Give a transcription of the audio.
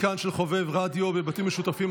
מתקן של חובב רדיו בבתים משותפים),